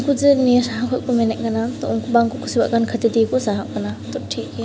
ᱩᱱᱠᱚ ᱡᱮ ᱱᱤᱭᱟᱹ ᱥᱟᱦᱟ ᱠᱷᱚᱡᱠᱚ ᱢᱮᱱᱮᱫ ᱠᱟᱱᱟ ᱛᱚ ᱩᱱᱠᱚ ᱵᱟᱝᱠᱚ ᱠᱩᱥᱤᱣᱟᱜ ᱠᱟᱱ ᱠᱷᱟᱹᱛᱤᱨ ᱛᱮᱜᱮ ᱠᱚ ᱥᱟᱦᱟᱜ ᱠᱟᱱᱟ ᱛᱚ ᱴᱷᱤᱠ ᱜᱮ